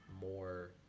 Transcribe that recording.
more